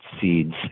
seeds